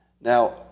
Now